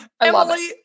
Emily